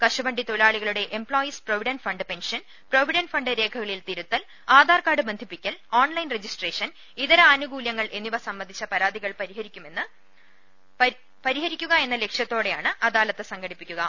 കശുവണ്ടി തൊഴിലാളികളുടെ employees provident fund pension provident fund രേഖകളിൽ തിരുത്തൽ ആധാർ കാർഡ് ബന്ധിപ്പിക്കൽ ഓൺലൈൻ രജിസ്ട്രേഷൻ ഇതര ആനുകൂലൃങ്ങൾ എന്നിവ സംബന്ധിച്ച പരാതികൾ പരിഹരിക്കുക എന്ന ലക്ഷ്യത്തോടെയാണ് അദാലത്ത് സംഘടിപ്പിക്കുന്നത്